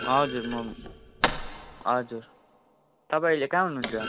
हजुर म हजुर तपाईँ अहिले कहाँ हुनुहुन्छ